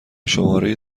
شماره